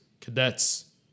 cadets